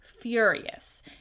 furious